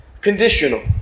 Conditional